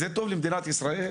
זה טוב למדינת ישראל?